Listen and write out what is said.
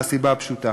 מהסיבה הפשוטה,